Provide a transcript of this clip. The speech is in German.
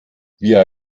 via